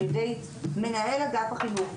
על ידי מנהל אגף החינוך,